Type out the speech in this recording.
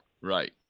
Right